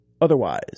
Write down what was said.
otherwise